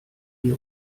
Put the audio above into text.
die